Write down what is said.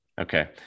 Okay